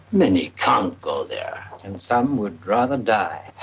many can't go there. and some would rather die.